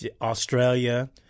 Australia